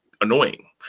annoying